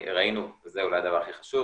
ראינו וזה אולי הדבר הכי חשוב